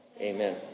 amen